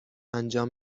انجام